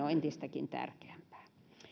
on entistäkin tärkeämpää